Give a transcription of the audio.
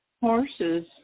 horses